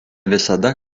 visada